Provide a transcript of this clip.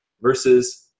versus